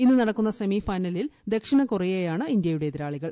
ഇന്ന് നടക്കുന്ന സെമിഫൈനലിൽ ദക്ഷിണകൊറിയയാണ് ഇന്ത്യയുടെ എതിരാളികൾ